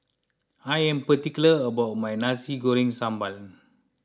I am particular about my Nasi Goreng Sambal